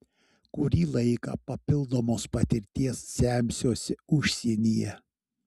kurį laiką papildomos patirties semsiuosi užsienyje